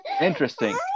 interesting